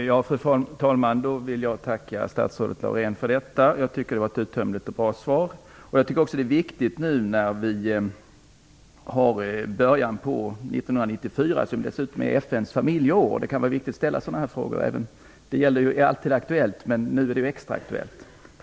Fru talman! Jag vill tacka statsrådet Laurén för detta uttömmande och bra svar. Jag tycker att det är viktigt att nu år 1994, som är FN:s familjeår, ställa sådana här frågor. Det är alltid aktuellt, men nu är det extra aktuellt.